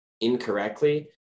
incorrectly